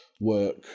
work